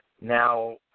Now